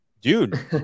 dude